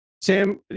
Sam